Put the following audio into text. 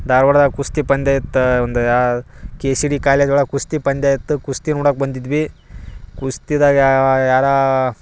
ಧಾರ್ವಾಡದ ಕುಸ್ತಿ ಪಂದ್ಯ ಇತ್ತು ಒಂದು ಕೆಸಿಡಿ ಕಾಲೇಜ್ ಒಳಗೆ ಕುಸ್ತಿ ಪಂದ್ಯ ಇತ್ತು ಕುಸ್ತಿ ನೋಡಕ್ಕೆ ಬಂದಿದ್ವಿ ಕುಸ್ತಿದಾಗ ಯಾರು